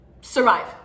survive